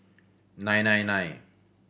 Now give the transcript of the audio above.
nine nine nine